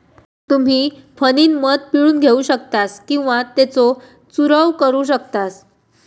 तुम्ही फणीनं मध पिळून घेऊ शकतास किंवा त्येचो चूरव करू शकतास